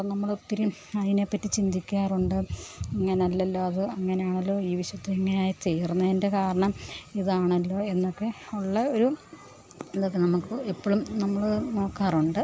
അപ്പം നമ്മളൊത്തിരി അതിനെപ്പറ്റി ചിന്തിക്കാറുണ്ട് ഇങ്ങനല്ലല്ലോ അത് അങ്ങനെയാണല്ലോ ഈ വിശുദ്ധ ഇങ്ങനെയായി തീരുന്നതിന്റെ കാരണം ഇതാണല്ലോ എന്നൊക്കെ ഉള്ള ഒരു ഇതൊക്കെ നമുക്ക് എപ്പോഴും നമ്മൾ നോക്കാറുണ്ട്